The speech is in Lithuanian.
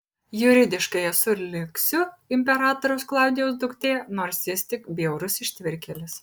juridiškai esu ir liksiu imperatoriaus klaudijaus duktė nors jis tik bjaurus ištvirkėlis